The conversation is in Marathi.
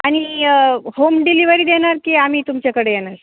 आणि होम डिलिवरी देणार की आम्ही तुमच्याकडे येणार